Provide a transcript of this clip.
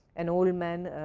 an old man